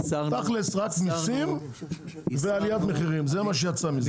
תכלס, רק מסים ועליית מחירים, זה מה שיצא מזה.